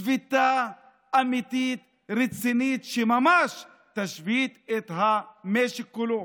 שביתה אמיתית, רצינית, שממש תשבית את המשק כולו.